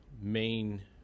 main